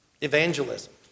Evangelism